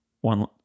one